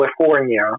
California